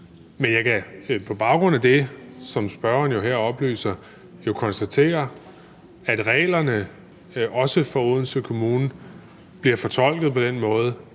Men jeg kan på baggrund af det, som spørgeren her oplyser, konstatere, at reglerne også for Odense Kommune bliver fortolket på den måde,